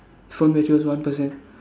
phone battery was one percent